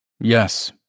Yes